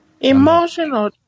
Emotional